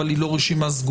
אבל היא לא רשימה סגורה.